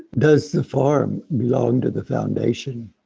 does the farm belong to the foundation?